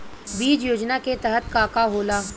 बीज योजना के तहत का का होला?